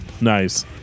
Nice